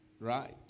right